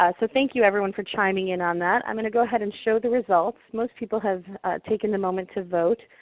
ah so thank you, everyone, for chiming in on that. i'm going to go ahead and show the results. most people have taken a moment to vote,